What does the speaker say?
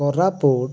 Koraput